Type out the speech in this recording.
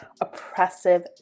oppressive